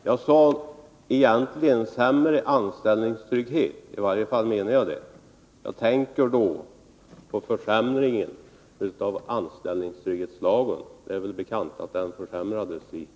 Fru talman! Jag sade egentligen sämre anställningstrygghet, eller i varje fall menade jag det. Jag tänkte då på försämringen av anställningstrygghetslagen. Det är väl bekant att den försämrades i våras.